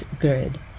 Grid